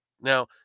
Now